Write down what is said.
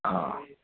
ꯑꯥ